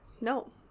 no